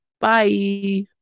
Bye